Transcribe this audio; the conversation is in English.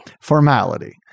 Formality